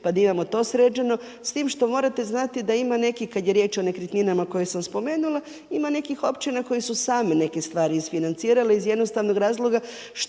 pa da imamo to sređeno. S tim što morate znati da ima nekih kad je riječ o nekretninama koje sam spomenula ima nekih općina koje su same neke stvari isfinancirale iz jednostavnog razloga